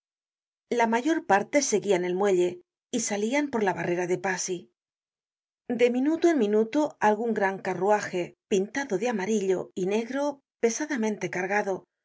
la mayor parte seguian el muelle y salian por la barrera de passy de minuto en minuto algun gran carruaje pintado de amarillo y negro pesadamente cargado